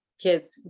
kids